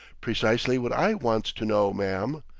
precisely what i wants to know, ma'am,